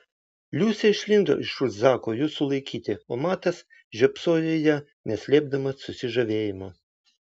liusė išlindo iš už zako jų sulaikyti o matas žiopsojo į ją neslėpdamas susižavėjimo